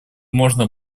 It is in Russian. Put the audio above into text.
можно